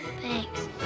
Thanks